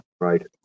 right